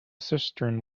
cistern